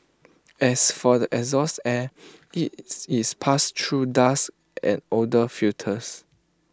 as for the exhaust air its is passed through dust and odour filters